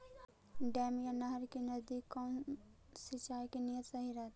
Dam या नहर के नजदीक कौन सिंचाई के नियम सही रहतैय?